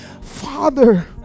father